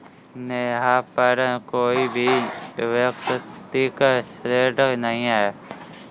नेहा पर कोई भी व्यक्तिक ऋण नहीं है